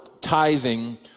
tithing